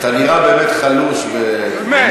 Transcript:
אתה נראה באמת חלוש ומת.